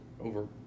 over